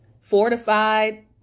fortified